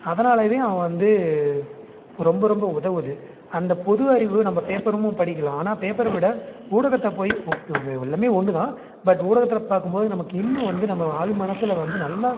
அதனாலயவே அவன் வந்து இப்போ ரொம்ப ரொம்ப உதவுறது அந்த பொது அறிவு நம்ப பேப்பரும் படிக்கலாம் ஆனால் பேப்பரை விட ஊடகத்தை போய் எல்லாம் ஒன்றுதான் பட் ஊடகத்தில் பார்க்கும்போது நமக்கு இன்னும் வந்து நம்ம ஆழ்மனசுல வந்து நல்லா